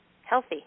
healthy